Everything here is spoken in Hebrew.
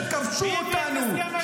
שכבשו אותנו,